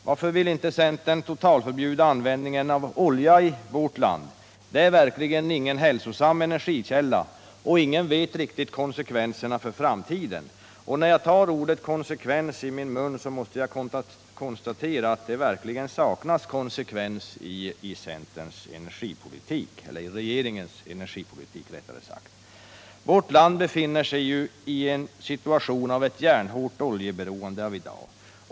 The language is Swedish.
Varför vill inte centern totalförbjuda användningen av olja i vårt land? Det är verkligen ingen hälsosam energikälla, och ingen vet riktigt vilka konsekvenser det blir för framtiden. När jag tar ordet konsekvens i min mun, måste jag konstatera att det verkligen saknas konsekvens i regeringens energipolitik. Vårt land befinner sig ju i dag i en situation av järnhårt oljeberoende.